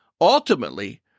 Ultimately